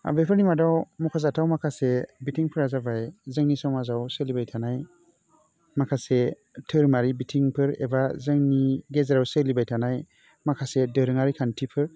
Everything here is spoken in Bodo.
बेफोरनि मादाव मख'जाथाव माखासे बिथिंफोरा जाबाय जोंनि समाजाव सोलिबाय थानाय माखासे धोरोमारि बिथिंफोर एबा जोंनि गेजेराव सोलिबाय थानाय माखासे दोरोङारि खान्थिफोर